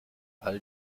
all